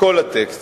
הכול טקסט.